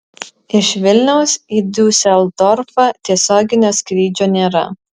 iš vilniaus į diuseldorfą tiesioginio skrydžio nėra